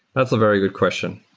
that's a very good question.